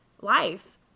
life